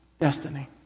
destiny